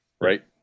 right